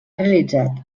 realitzat